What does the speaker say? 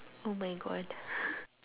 oh my god